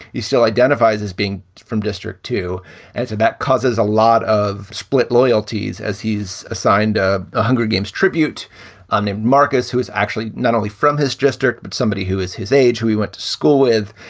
he still identifies as being from district two as that causes a lot of split loyalties, as he's assigned the ah ah hunger games tribute um named marcus, who is actually not only from his district, but somebody who is his age, who he went to school with,